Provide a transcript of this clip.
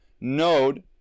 node